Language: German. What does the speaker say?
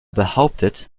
behauptet